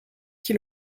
qui